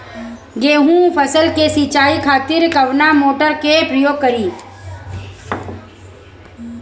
गेहूं फसल के सिंचाई खातिर कवना मोटर के प्रयोग करी?